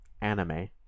Anime